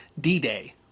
D-Day